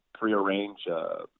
prearrange